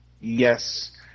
Yes